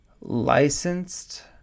licensed